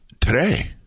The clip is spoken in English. Today